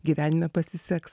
gyvenime pasiseks